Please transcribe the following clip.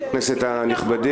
כרגע היינו.